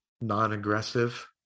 non-aggressive